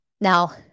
Now